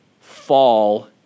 fall